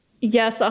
yes